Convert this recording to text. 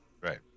Right